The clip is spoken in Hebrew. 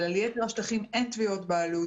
אבל על יתר השטחים אין תביעות בעלות.